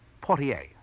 Portier